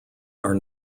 are